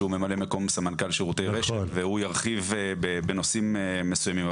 שהוא ממלא מקום סמנכ"ל שירותי רשת והוא ירחיב בנושאים מסוימים.